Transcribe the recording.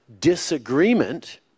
disagreement